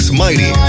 mighty